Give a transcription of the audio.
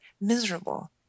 miserable